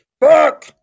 Fuck